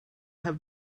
have